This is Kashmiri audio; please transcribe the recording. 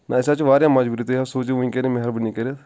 نَہ حظ اسہِ حظ چھِ واریاہ مجبوری تُہۍ حظ سوٗزیٚو وُنکٮ۪ن مہربٲنی کٔرتھ